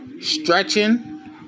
stretching